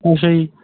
ਅੱਛਾ ਜੀ